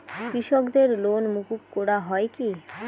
কৃষকদের লোন মুকুব করা হয় কি?